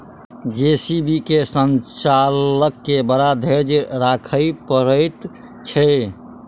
JCB के संचालक के बड़ धैर्य राखय पड़ैत छै